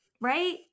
Right